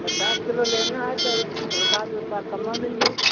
पचास किलो लेना है तो रू रुपया दो रुपया कम में मिल जाई